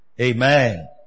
Amen